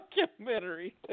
documentary